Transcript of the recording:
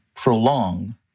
prolong